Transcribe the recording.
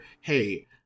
hey